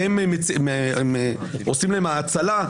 והם עושים להן האצלה,